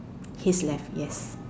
his left yes